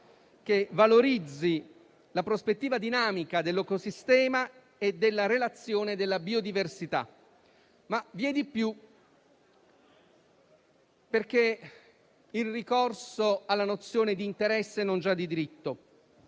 che valorizzi la prospettiva dinamica dell'ecosistema e della relazione della biodiversità. Vi è di più: perché il ricorso alla nozione di interesse e non già a quella